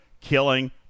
killing